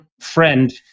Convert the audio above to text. friend